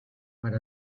per